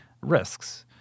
risks